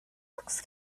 looks